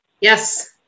yes